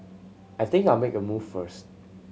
I think I'll make a move first